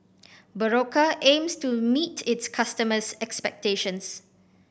Berocca aims to meet its customers' expectations